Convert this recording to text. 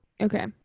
Okay